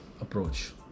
approach